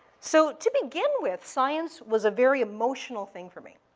so to begin with, science was a very emotional thing for me.